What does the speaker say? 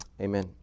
Amen